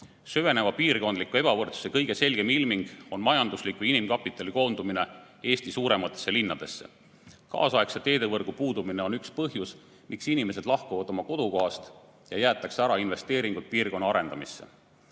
Süveneva piirkondliku ebavõrdsuse kõige selgem ilming on majandusliku ja inimkapitali koondumine Eesti suurematesse linnadesse. Kaasaegse teevõrgu puudumine on üks põhjus, miks inimesed lahkuvad oma kodukohast ja jäetakse ära investeeringud piirkonna arendamisse.